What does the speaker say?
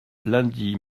lundi